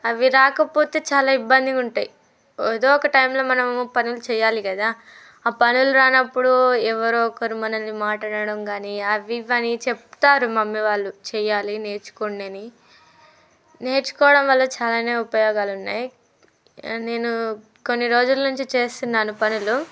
అవి రాకపోతే చాలా ఇబ్బందిగా ఉంటాయి ఏదో ఒక టైంలో మనం పనులు చేయాలి కదా ఆ పనులు రానప్పుడు ఎవరో ఒకరు మనలని మాట అనడం కానీ అవి ఇవి అని చెప్తారు మమ్మీ వాళ్ళు చేయాలి నేర్చుకోండి అని నేర్చుకోవడం వల్ల చాలానే ఉపయోగాలు ఉన్నాయి నేను కొన్ని రోజుల నుంచి చేస్తున్నాను పనులు